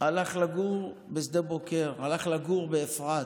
הלך לגור בשדה בוקר, הלך לגור באפרת,